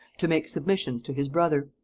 to make submissions to his brother.